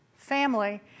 family